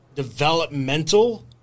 Developmental